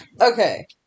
Okay